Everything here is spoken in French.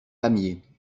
pamiers